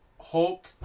Hulk